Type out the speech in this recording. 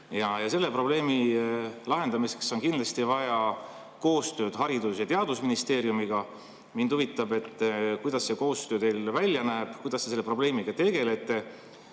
Ja selle probleemi lahendamiseks on kindlasti vaja koostööd Haridus- ja Teadusministeeriumiga. Mind huvitab, kuidas see koostöö teil välja näeb, kuidas te selle probleemiga tegelete.